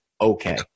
okay